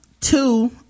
two